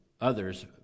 others